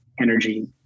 energy